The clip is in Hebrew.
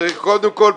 זה קודם כול,